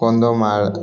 Kandhamal